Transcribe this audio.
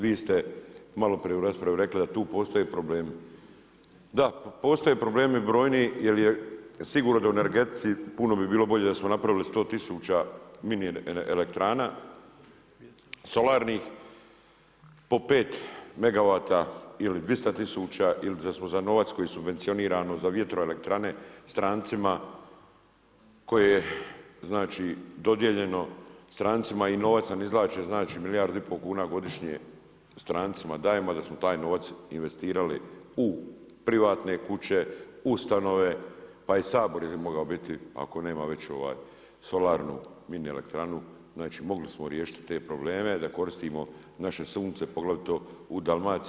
Vi ste malo prije u raspravi rekli da tu postoje problem, da postoje problemi brojni jel je sigurno da u energetici puno bi bilo bolje da smo napravili minielektrana solarnih po pet megawata ili 200000 ili da samo za novac koji je subvencioniran za vjetroelektrane, strancima koje je dodijeljeno strancima i novac nam izvlače, znači milijardu i pol kuna godišnje, strancima dajemo da smo taj novac investirali u privatne kuće, u stanove, pa i Sabor je mogao biti, ako nema već solarnu mini elektranu, znači mogli smo riješiti te probleme, da koristimo naše sunce, poglavito u Dalmaciji.